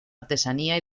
artesanía